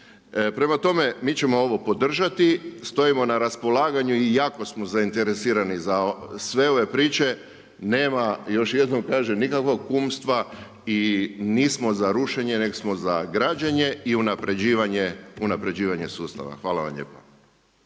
Prema tome, mi ćemo ovo podržati, stojimo na raspolaganju i jako smo zainteresirani za sve ove priče, nema, još jednom kažem, nikakvog kumstva i nismo za rušenje neg smo za građenje i unaprjeđivanja sustava. Hvala vam lijepa.